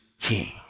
king